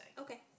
Okay